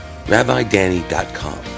rabbidanny.com